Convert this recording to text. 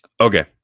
Okay